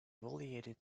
evaluated